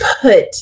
put